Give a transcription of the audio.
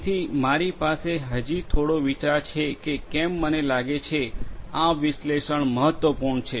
જેથી મારી પાસે હજી થોડો વિચાર છે કે કેમ મને કેમ લાગે છે આ વિશ્લેષણ મહત્વપૂર્ણ છે